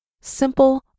simple